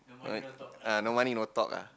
uh ah no money no talk ah